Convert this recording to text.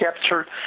captured